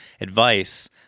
advice